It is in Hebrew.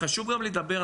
חשוב גם לדבר,